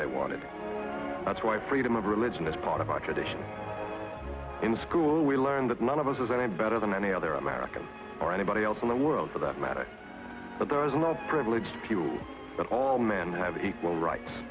they want it that's why freedom of religion is part of our tradition in school we learn that none of us is any better than any other american or anybody else in the world for that matter but there is no privileged few that all men have equal rights